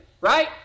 Right